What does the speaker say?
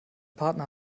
partner